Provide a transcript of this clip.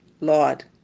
Lord